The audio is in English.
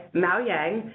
mao yang,